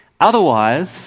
Otherwise